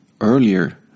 earlier